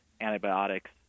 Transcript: antibiotics